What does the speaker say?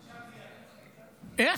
חשבתי על זה, כן.